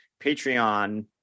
Patreon